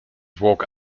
walk